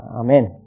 Amen